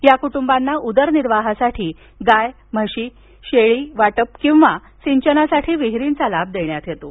या कुटुंबांना उदरनिर्वाहासाठी गाय म्हशी शेळी वाटप किंवा सिंचनासाठी विहिरींचा लाभ देण्यात येतो